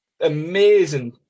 amazing